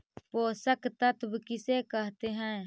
पोषक तत्त्व किसे कहते हैं?